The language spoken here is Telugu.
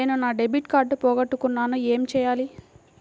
నేను నా డెబిట్ కార్డ్ పోగొట్టుకున్నాను ఏమి చేయాలి?